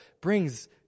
brings